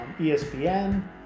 ESPN